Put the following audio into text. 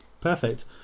perfect